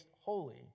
holy